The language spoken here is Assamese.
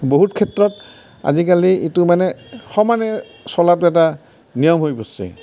বহুত ক্ষেত্ৰত আজিকালি এইটো মানে সমানে চলাটো এটা নিয়ম হৈ গৈছে